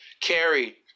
carry